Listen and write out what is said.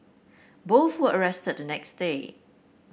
both were arrested the next day